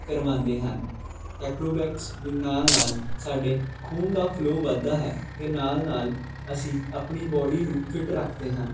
ਕਰਵਾਉਂਦੇ ਹਨ ਅਕਰੋਬੈਕਸ ਵ ਨਾਲ ਨਾਲ ਸਾਡੇ ਖੂਨ ਦਾ ਫਲੋ ਵੱਧਦਾ ਹੈ ਅਤੇ ਨਾਲ ਨਾਲ ਅਸੀਂ ਆਪਣੀ ਬੋਡੀ ਨੂੰ ਫਿੱਟ ਰੱਖਦੇ ਹਨ